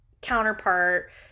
counterpart